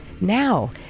Now